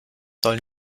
soll